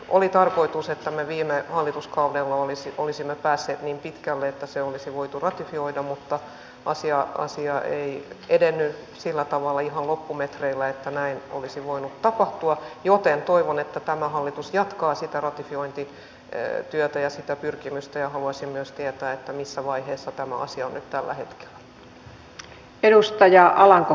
oli tarkoitus että me viime hallituskaudella olisimme päässeet niin pitkälle että se olisi voitu ratifioida mutta asia ei edennyt sillä tavalla ihan loppumetreillä että näin olisi voinut tapahtua joten toivon että tämä hallitus jatkaa sitä ratifiointityötä ja sitä pyrkimystä ja haluaisin myös tietää missä vaiheessa tämä asia on nyt tällä hetkellä